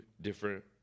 different